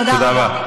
תודה רבה.